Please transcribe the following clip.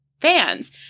fans